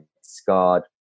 scarred